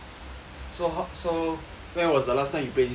so ho~ so when was the last time you play this game